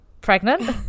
pregnant